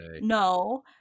No